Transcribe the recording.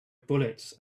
bullets